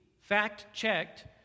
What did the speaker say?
Fact-checked